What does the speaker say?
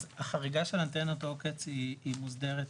אז החריגה של אנטנות עוקץ היא מוסדרת